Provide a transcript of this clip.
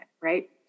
right